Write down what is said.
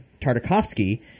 Tartakovsky